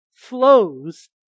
flows